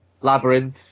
Labyrinth